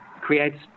creates